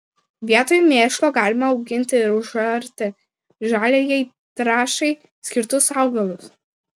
vietoj mėšlo galima auginti ir užarti žaliajai trąšai skirtus augalus